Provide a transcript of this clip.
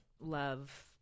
love